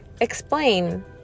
explain